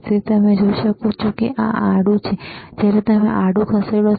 તેથી તમે જોઈ શકો છો કે આ આડું છે જ્યારે તમે આડું ખસેડો છો